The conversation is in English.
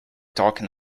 talking